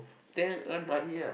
then earn money lah